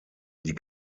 die